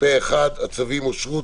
הצבעה הצווים אושרו.